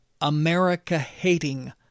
America-hating